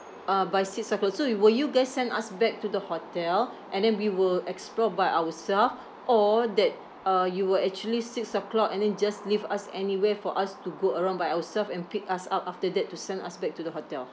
uh by six o'clock so you will you guys send us back to the hotel and then we will explore by ourself or that uh you will actually six o'clock and then just leave us anywhere for us to go around by ourself and pick us up after that to send us back to the hotel